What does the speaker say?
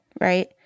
right